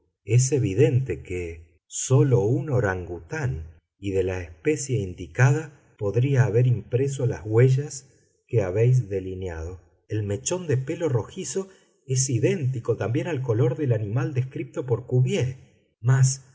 es evidente que sólo un orangután y de la especie indicada podría haber impreso las huellas que habéis delineado el mechón de pelo rojizo es idéntico también al color del animal descrito por cuvier mas